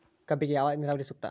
ಕಬ್ಬಿಗೆ ಯಾವ ನೇರಾವರಿ ಸೂಕ್ತ?